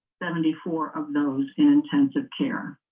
seventy four of those in intensive care